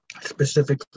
Specifically